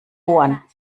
ohren